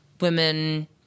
women